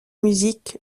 musique